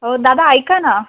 हो दादा ऐका ना